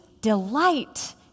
delight